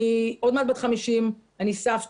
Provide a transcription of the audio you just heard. אני עוד מעט בת 50, אני סבתא,